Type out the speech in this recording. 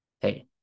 hey